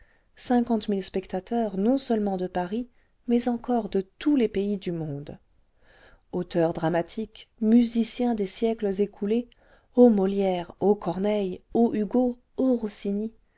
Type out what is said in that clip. cinquante mille spectateurs non seulement de paris mais encore de tous les pays du monde auteurs dramatiques musiciens des siècles écoulés ô molière ô corneille ô hugo ô rossini